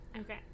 Okay